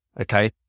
Okay